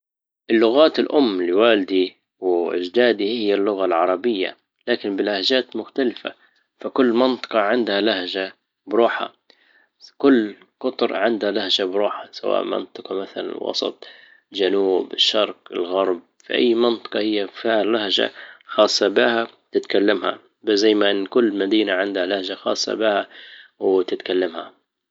اللغات الام لوالدي واجدادي هي اللغة العربية لكن بلهجات مختلفة فكل منطقة عندها لهجة بروحها كل قطر عندها لهجة بروحها سواء منطقة مثلا وسط جنوب الشرق الغرب في اي منطقة هي فيا لها لهجه خاصة بها تتكلمها كل مدينة عندها لهجة خاصة بها وتتكلمها